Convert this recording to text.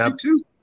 two